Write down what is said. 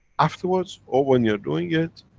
afterwards, or when you are doing it,